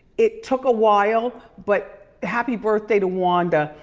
it took a while, but happy birthday to wanda.